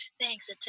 thanks